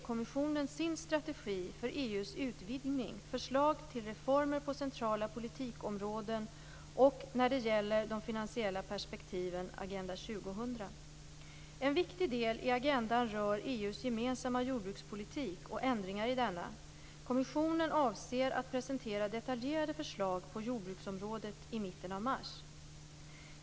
kommissionen sin strategi för EU:s utvidgning, förslag till reformer på centrala politikområden och, när det gäller de finansiella perspektiven, Agenda 2000. En viktig del i agendan rör EU:s gemensamma jordbrukspolitik och ändringar i denna. Kommissionen avser att presentera detaljerade förslag på jordbruksområdet i mitten av mars.